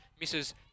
Misses